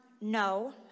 No